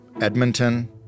Edmonton